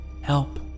Help